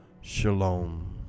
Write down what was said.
Shalom